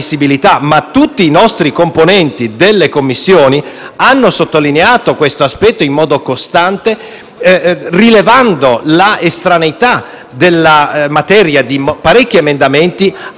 Tutti i nostri componenti delle Commissioni hanno sottolineato questo aspetto in modo costante, rilevando l'estraneità per materia di molti emendamenti